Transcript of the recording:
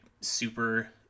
super